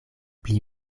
pli